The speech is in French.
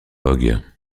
vogue